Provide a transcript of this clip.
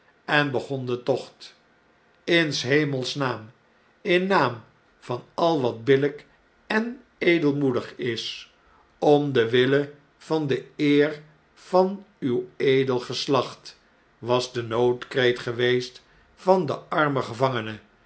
en begon den tocht in s hemels naam in naam van al wat billn'k en edelmoedig is om den wille vandeeer vanuwedelgeslachtl was de noodkreet geweest van den armen gevangene